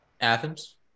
Athens